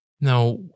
Now